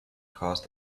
caused